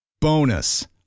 Bonus